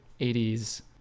80s